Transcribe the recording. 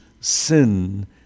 sin